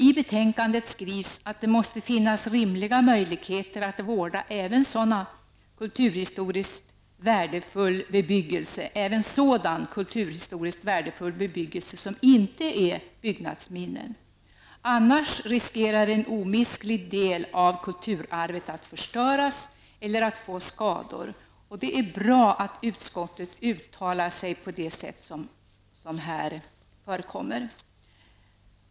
I betänkandet sägs att det måste finnas rimliga möjligheter att vårda även sådan kulturhistoriskt värdefull bebyggelse som inte utgör byggnadsminne. Annars riskerar en omistlig del av kulturarvet att förstöras eller att få skador. Det är bra att utskottet uttalar sig på ett sådant sätt.